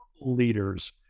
leaders